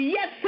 Yes